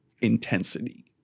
intensity